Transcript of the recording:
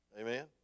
Amen